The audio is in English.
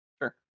Sure